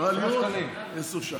עשרה לירות, עשר ש"ח.